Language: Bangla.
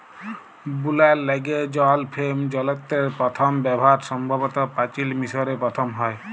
বুলার ল্যাইগে জল ফেম যলত্রের পথম ব্যাভার সম্ভবত পাচিল মিশরে পথম হ্যয়